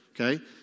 Okay